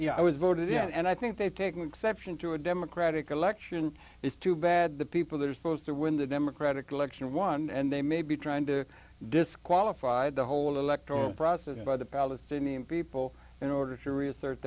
know i was voted in and i think they've taken exception to a democratic election it's too bad the people that are supposed to win the democratic election won and they may be trying to disqualified the whole electoral process by the palestinian people in order to reassert